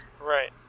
Right